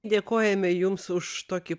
dėkojame jums už tokį